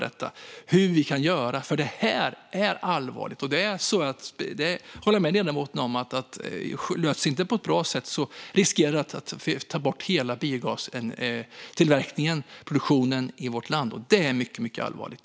Detta är allvarligt. Jag håller med ledamoten att om det inte löses på ett bra sätt riskeras hela biogastillverkningen och produktionen i vårt land, vilket vore mycket, mycket allvarligt.